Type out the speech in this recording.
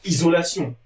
Isolation